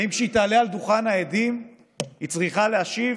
האם כשהיא תעלה על דוכן העדים היא צריכה להשיב